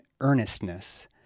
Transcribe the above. earnestness